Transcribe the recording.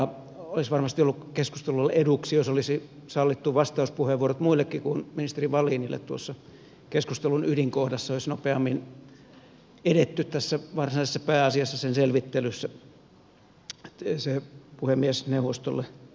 olisi varmasti ollut keskustelulle eduksi jos olisi sallittu vastauspuheenvuorot muillekin kuin ministeri wallinille tuossa keskustelun ydinkohdassa olisi nopeammin edetty tässä varsinaisessa pääasiassa sen selvittelyssä se puhemiesneuvostolle terveisinä